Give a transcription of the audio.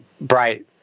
Bright